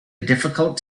difficult